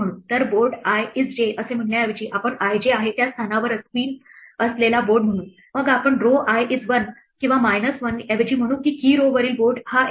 तर board i is j असे म्हणण्याऐवजी आपण i j आहे त्या स्थानावर queen असलेला बोर्ड म्हणू मग आपण row i is 1 किंवा minus 1 ऐवजी म्हणू की key row वरील बोर्ड हा एक आहे